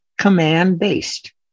command-based